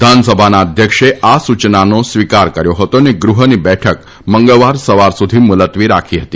વિધાનસભાના અધ્યક્ષાઆ સૂચનનો સ્વીકાર કર્થો હતો અનાજીહની બઠક મંગળવાર સવાર સુધી મુલત્વી રાખી હતી